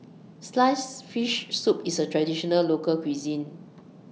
Sliced Fish Soup IS A Traditional Local Cuisine